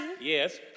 Yes